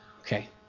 Okay